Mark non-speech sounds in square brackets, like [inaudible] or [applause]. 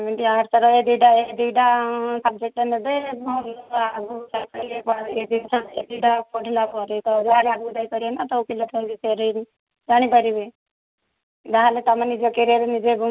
ସେମିତି ଆର୍ଟ୍ସର ଏଇ ଦୁଇଟା ଏଇ ଦୁଇଟା ସବଜେକ୍ଟ ନେବେ ଭଲ ଆଗକୁ ତ ଯାଇ ପାରିବେ [unintelligible] ଏ ଜିନିଷ ଏ ଦୁଇଟା ପଢ଼ିଲା ପରେ ତ ଯାହେଲେ ଆଗକୁ ଯାଇପାରିବେନା ତ ପିଲାଛୁଆଙ୍କ ବିଷୟରେ ଜାଣିପାରିବେ ଯାହେଲେ ତମେ ନିଜ କ୍ୟାରିଅର୍ ନିଜେ